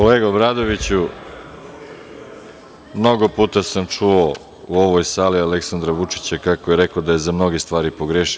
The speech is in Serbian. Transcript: Kolega Obradoviću, mnogo puta sam čuo u ovoj sali Aleksandra Vučića kako je rekao da je za mnoge stvari pogrešio.